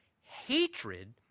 hatred